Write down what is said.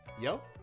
yo